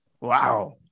Wow